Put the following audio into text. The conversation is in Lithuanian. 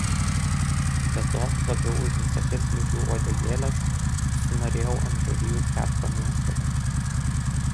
be to labiau už visokias vėžių uodegėles užsinorėjau ant žarijų kepto mėsgalio